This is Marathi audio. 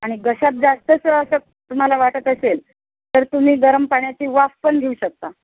आणि घशात जास्तच असं तुम्हाला वाटत असेल तर तुम्ही गरम पाण्याची वाफ पण घेऊ शकता